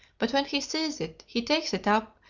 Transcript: but when he sees it, he takes it up,